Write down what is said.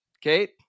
Kate